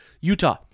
Utah